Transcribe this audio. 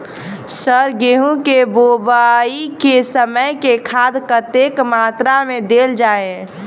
Sir गेंहूँ केँ बोवाई केँ समय केँ खाद कतेक मात्रा मे देल जाएँ?